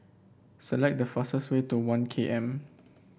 select the fastest way to One K M